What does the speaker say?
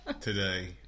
today